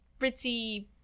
ritzy